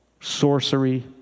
sorcery